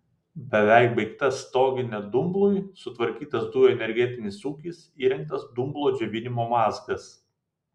beveik baigta stoginė dumblui sutvarkytas dujų energetinis ūkis įrengtas dumblo džiovinimo mazgas